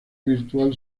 virtual